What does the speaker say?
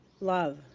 love